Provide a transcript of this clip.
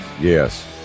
Yes